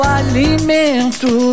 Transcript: alimento